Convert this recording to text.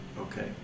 Okay